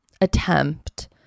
attempt